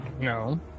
No